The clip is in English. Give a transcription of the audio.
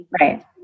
Right